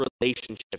relationship